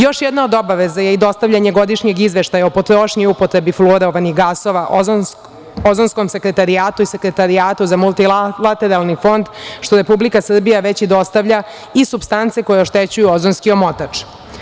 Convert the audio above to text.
Još jedna od obaveza je i dostavljanje godišnjeg izveštaja o potrošnji i upotrebi fluorovanih gasova Ozonskom sekretarijatu i Sekretarijatu za multilateralni fond, što Republika Srbija već i dostavlja, i supstance koje oštećuju ozonski omotač.